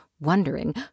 wondering